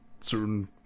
Certain